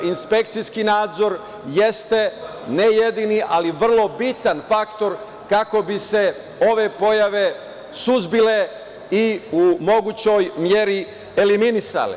Inspekcijski nadzor jeste ne jedini, ali vrlo bitan faktor kako bi se ove pojave suzbile i u mogućoj meri eliminisale.